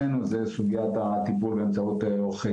במטרה גם לתחום במהירות טיפול מהיר ויעיל,